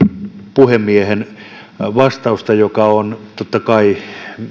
puhemiehen vastausta joka on totta kai